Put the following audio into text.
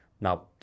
Now